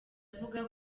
avuga